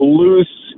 loose